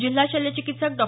जिल्हा शल्यचिकित्सक डॉ